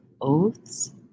oaths